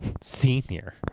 senior